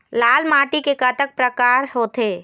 लाल माटी के कतक परकार होथे?